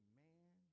man